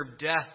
death